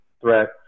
threat